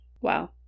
Wow